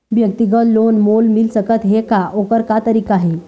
व्यक्तिगत लोन मोल मिल सकत हे का, ओकर का तरीका हे?